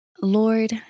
Lord